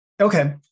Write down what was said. Okay